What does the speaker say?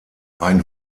ein